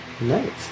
Nice